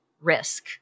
risk